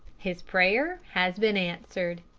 his prayer has been answered.